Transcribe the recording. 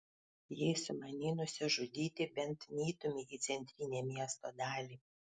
jei sumanei nusižudyti bent neitumei į centrinę miesto dalį